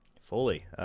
Fully